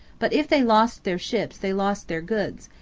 but if they lost their ships they lost their goods,